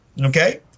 Okay